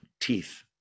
teeth